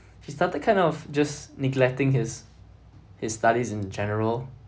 he started kind of just neglecting his his studies in general